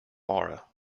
aura